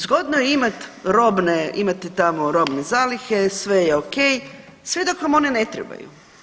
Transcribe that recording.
Zgodno je imati robne, imate tamo robne zalihe, sve je okej, sve dok vam one ne trebaju.